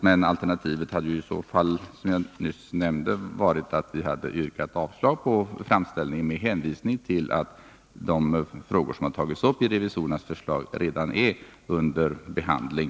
Men alternativet hade i så fall, som jag nyss nämnde, varit att vi hade yrkat avslag på framställningen med hänvisning till att de frågor som har tagits upp i revisorernas förslag redan är under behandling.